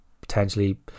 potentially